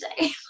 say